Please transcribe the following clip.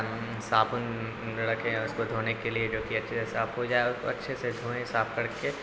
صابن رکھیں اس کو دھونے کے لیے جو کہ اچھے سے صاف ہو جائے اس اچھے سے دھوئیں صاف کر کے